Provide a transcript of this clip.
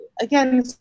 again